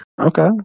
Okay